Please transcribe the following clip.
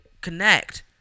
connect